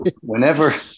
whenever